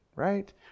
right